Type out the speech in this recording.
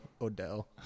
Odell